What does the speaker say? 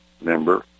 member